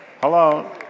Hello